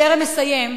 בטרם אסיים,